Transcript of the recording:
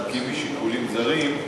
נקי משיקולים זרים,